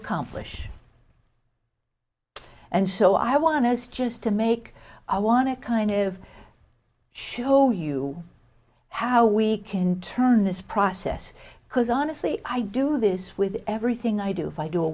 accomplish and so i want us just to make i want to kind of show you how we can turn this process because honestly i do this with everything i do